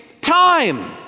time